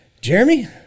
Jeremy